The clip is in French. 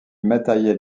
matériel